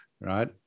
Right